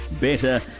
Better